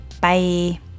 Bye